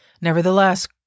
Nevertheless